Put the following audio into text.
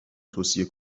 توصیه